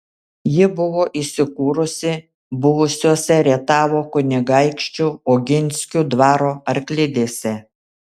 ji buvo įsikūrusi buvusiose rietavo kunigaikščių oginskių dvaro arklidėse